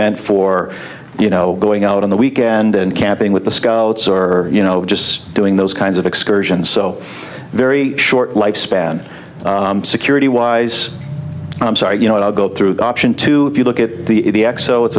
meant for you know going out on the weekend and camping with the scots or you know just doing those kinds of excursions so very short lifespan security wise i'm sorry you know i'll go through the option to look at the xo it's